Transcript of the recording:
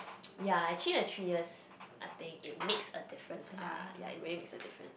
yea actually the three years I think it makes a difference lah yea it really makes a difference